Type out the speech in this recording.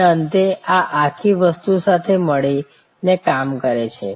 અને અંતે આ આખી વસ્તુ સાથે મળીને કામ કરે છે